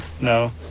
no